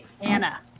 Anna